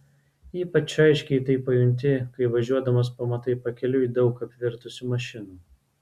ypač aiškiai tai pajunti kai važiuodamas pamatai pakeliui daug apvirtusių mašinų